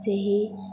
ସେହି